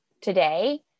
today